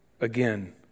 again